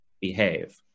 behave